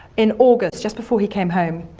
in august, just before he came home,